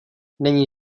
není